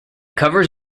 covers